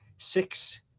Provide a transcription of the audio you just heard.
six